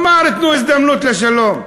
אמר: תנו הזדמנות לשלום.